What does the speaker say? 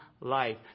life